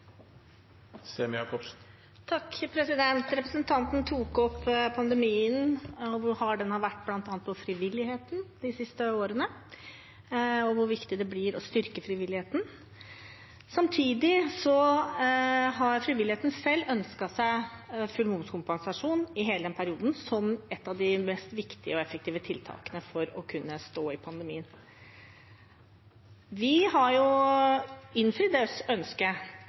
Representanten tok opp pandemien, hvor hard den har vært for bl.a. frivilligheten de siste årene, og hvor viktig det blir å styrke frivilligheten. Samtidig har frivilligheten selv ønsket seg full momskompensasjon i hele perioden, som ett av de viktigste og mest effektive tiltakene for å kunne stå i pandemien. Vi har innfridd det ønsket,